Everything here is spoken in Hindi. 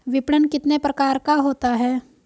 विपणन कितने प्रकार का होता है?